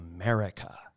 America